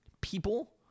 people